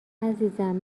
عزیزم